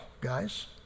guys